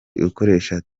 ukoresha